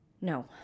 No